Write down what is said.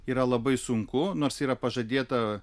yra labai sunku nors yra pažadėta